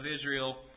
Israel